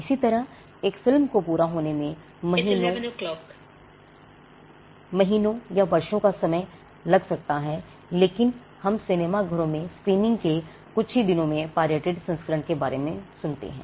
इसी तरह एक फिल्म को पूरा होने में महीनों या वर्षों का समय लग सकता है लेकिन हम सिनेमा घरों में स्क्रीनिंग के कुछ ही दिनों में पायरेटेड संस्करण के बारे में लगातार सुनते हैं